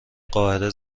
قاهره